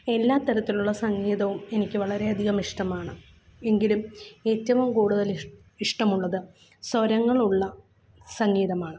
എല്ലാ തരത്തിലുള്ള സംഗീതവും എനിക്ക് വളരെയധികം ഇഷ്ടമാണ് എങ്കിലും ഏറ്റവും കൂടുതല് ഇഷ് ഇഷ്ടമുള്ളത് സ്വരങ്ങളുള്ള സംഗീതമാണ്